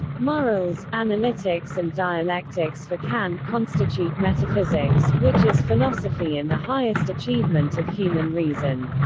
morals, analytics and dialectics for kant constitute metaphysics, which is philosophy and the highest achievement of human reason.